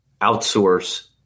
outsource